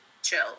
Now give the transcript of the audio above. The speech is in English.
chill